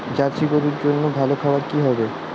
Jersey গরুর জন্য ভালো খাবার কি হবে?